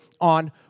on